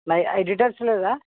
నై అడిడాస్ లేదా